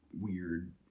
weird